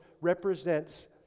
represents